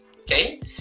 okay